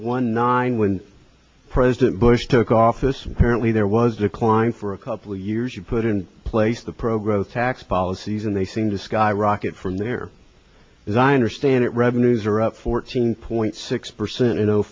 one nine when president bush took office and currently there was decline for a couple of years you put in place the pro growth tax policies and they seem to skyrocket from their designer stand it revenues are up fourteen point six percent